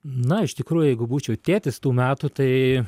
na iš tikrųjų jeigu būčiau tėtis tų metų tai